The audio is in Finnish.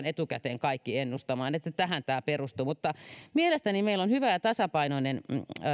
etukäteen aivan kaiken ennustamaan niin että tähän tämä perustuu mutta mielestäni meillä on hyvä ja tasapainoinen